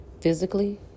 physically